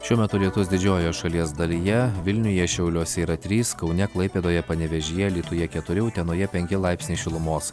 šiuo metu lietus didžiojoj šalies dalyje vilniuje šiauliuose yra trys kaune klaipėdoje panevėžyje alytuje keturi utenoje penki laipsniai šilumos